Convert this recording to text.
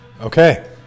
Okay